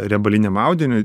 riebaliniam audiniui